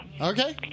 Okay